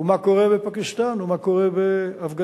ומה קורה בפקיסטן, ומה קורה באפגניסטן.